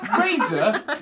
Razor